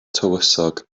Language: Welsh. tywysog